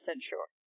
sure